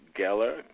Geller